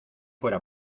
fuera